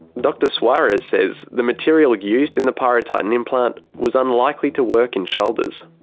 dr soares says the material used in the pyrotitan implant was unlikely to work in shoulders.